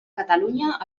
catalunya